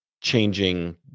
changing